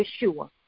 Yeshua